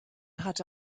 hatte